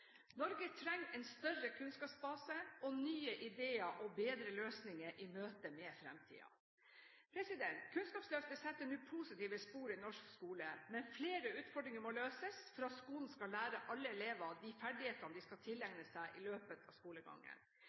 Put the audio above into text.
Norge trenger en større kunnskapsbase, nye ideer og bedre løsninger i møte med fremtiden. Kunnskapsløftet setter nå positive spor i norsk skole, men flere utfordringer må løses for at skolen skal lære alle elever de ferdighetene de skal tilegne seg i løpet av skolegangen.